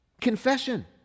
Confession